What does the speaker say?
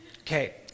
Okay